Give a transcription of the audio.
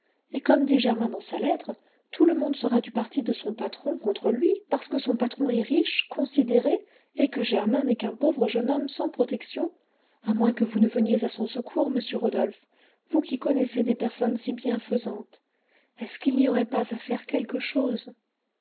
et comme dit germain dans sa lettre tout le monde sera du parti de son patron contre lui parce que son patron est riche considéré et que germain n'est qu'un pauvre jeune homme sans protection à moins que vous ne veniez à son secours monsieur rodolphe vous qui connaissez des personnes si bienfaisantes est-ce qu'il n'y aurait pas à faire quelque chose